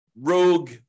rogue